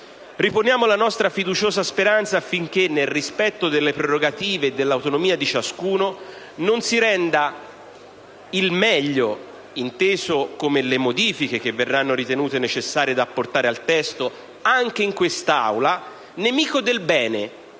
Riponiamo la nostra fiduciosa speranza affinché, nel rispetto delle prerogative e dell'autonomia di ciascuno, non si renda il meglio, inteso come le modifiche che verranno ritenute necessarie da apportare al testo, anche in quest'Aula, nemico del bene,